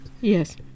Yes